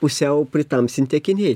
pusiau pritamsinti akiniai